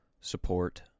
support